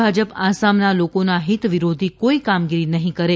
ભાજપ આસામના લોકોના હીત વિરોધી કોઇ કામગીરી નફીં કરે